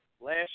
last